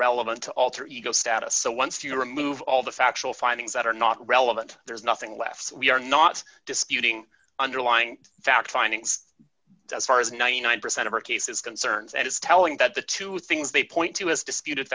relevant to alter ego status so once you remove all the factual findings that are not relevant there's nothing left we are not disputing underlying fact findings as far as ninety nine percent of our cases concerns and it's telling that the two things they point to as disputed